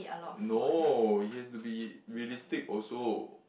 no it has to be realistic also